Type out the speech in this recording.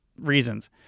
reasons